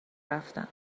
رفتم